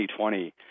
2020